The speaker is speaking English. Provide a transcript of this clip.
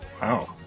Wow